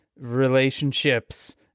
relationships